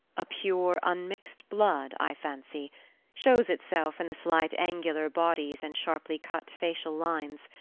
a pure, unmixed blood, i fancy shows itself in the slight angular bodies and sharply-cut facial lines.